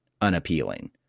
unappealing